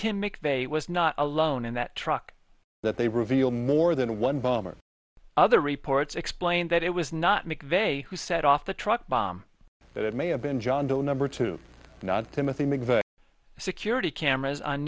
tim mcveigh was not alone in that truck that they reveal more than one bomb or other reports explain that it was not mcveigh who set off the truck bomb that it may have been john doe number two not timothy mcveigh security cameras on